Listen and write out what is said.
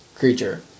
creature